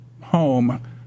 home